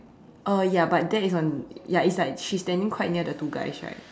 uh ya but that is on ya is like she's standing quite near the two guys right